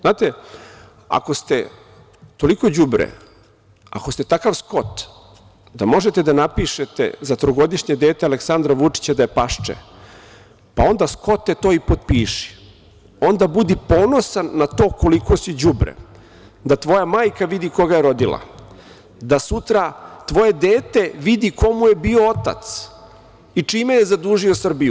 Znate, ako ste toliko đubre, ako ste takav skot da možete da napišete za trogodišnje dete Aleksandra Vučića da je pašče, onda skote to i potpiši, onda budi ponosan na to koliko si đubre, da tvoja majka vidi koga je rodila, da sutra tvoje dete vidi ko mu je bio otac i čime je zadužio Srbiju.